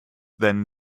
then